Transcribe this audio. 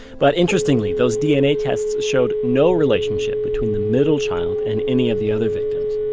but interestingly, those dna tests showed no relationship between the middle child and any of the other victims.